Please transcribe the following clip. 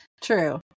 True